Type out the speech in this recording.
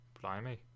Blimey